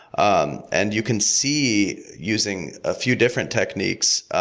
um and you can see using a few different techniques